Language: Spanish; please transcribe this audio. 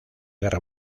guerra